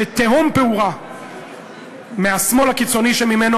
שתהום פעורה בין השמאל הקיצוני שממנו